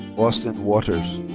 austin wauters.